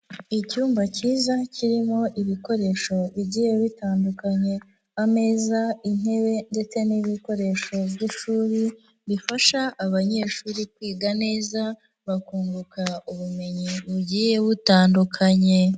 Icyumba kiza kirimo ibikoresho bigiye bitandukanye ameza, intebe ndetse n'ibikoresho by'ishuri, bifasha abanyeshuri kwiga neza bakunguka ubumenyi bugiye butandukanye.